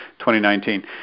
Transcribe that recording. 2019